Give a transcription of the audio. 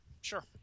sure